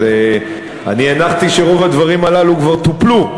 אז אני הנחתי שרוב הדברים הללו כבר טופלו,